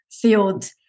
field